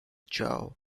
jaw